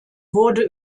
wurde